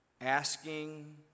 asking